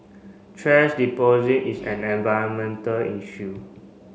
thrash deposit is an environmental issue